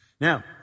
Now